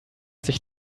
sich